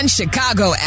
Chicago